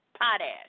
potash